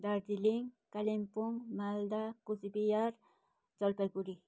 Darjeeling Kalimpong Malda Cooch Behar Jalpaiguri